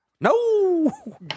no